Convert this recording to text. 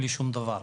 בלי שום דבר.